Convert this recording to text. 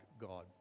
God